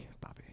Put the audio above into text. Bobby